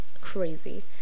crazy